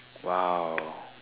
!wow!